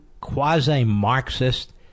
quasi-Marxist